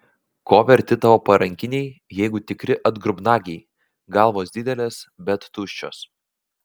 ko verti tavo parankiniai jeigu tikri atgrubnagiai galvos didelės bet tuščios